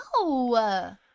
no